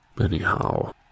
Anyhow